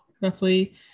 roughly